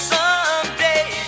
Someday